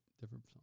different